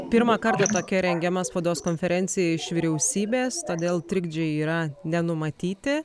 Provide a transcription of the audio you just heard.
pirmą kartą tokia rengiama spaudos konferencijoje iš vyriausybės todėl trikdžiai yra nenumatyti